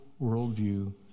worldview